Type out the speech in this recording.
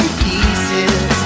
pieces